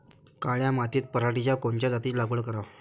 काळ्या मातीत पराटीच्या कोनच्या जातीची लागवड कराव?